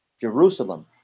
Jerusalem